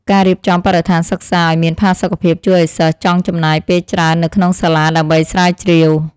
ការរៀបចំបរិស្ថានសិក្សាឱ្យមានផាសុកភាពជួយឱ្យសិស្សចង់ចំណាយពេលច្រើននៅក្នុងសាលាដើម្បីស្រាវជ្រាវ។